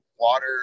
water